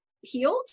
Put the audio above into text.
healed